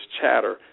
chatter